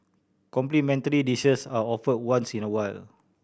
complimentary dishes are offered once in a while